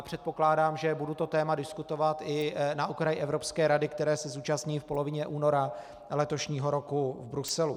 Předpokládám, že budu to téma diskutovat i na okraji Evropské rady, které se zúčastním v polovině února letošního roku v Bruselu.